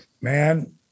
man